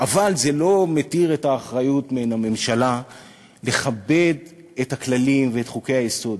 אבל זה לא מסיר מהממשלה את האחריות לכבד את הכללים ואת חוקי-היסוד.